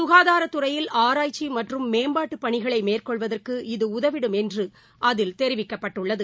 சுகாதாரத் துறையில் ஆராய்ச்சி மற்றும் மேம்பாட்டு பணிகளை மேற்கொள்வதற்கு இது உதவிடும் என்று அதில் தெரிவிக்கப்பட்டுள்ளது